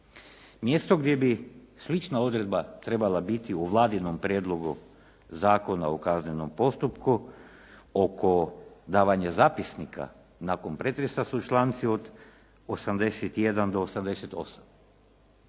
Mjesto gdje bi slična odredba trebala biti u Vladinom Prijedlogu zakona o kaznenom postupku oko davanja zapisnika nakon pretresa su članci od 81. do 88.,